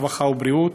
הרווחה והבריאות,